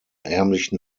ärmlichen